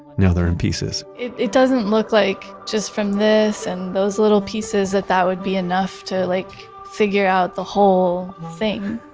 now they're in pieces it it doesn't look like just from this and those little pieces that that would be enough to like figure out the whole thing